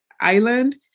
island